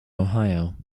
ohio